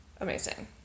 amazing